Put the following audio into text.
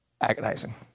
agonizing